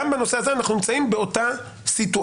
גם בנושא הזה אנחנו נמצאים באותה סיטואציה